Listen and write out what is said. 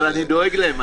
אבל אני דואג להן.